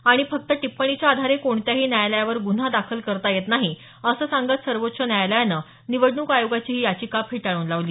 आणि फक्त टिप्पणीच्या आधारे कोणत्याही न्यायालयावर गुन्हा दाखल करता येत नाही असं सांगत सर्वोच्च न्यायालयानं निवडणूक आयोगाची ही याचिका फेटाळून लावली